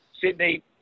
Sydney